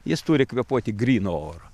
jis turi kvėpuoti grynu oru